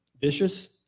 vicious